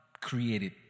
created